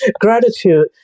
gratitude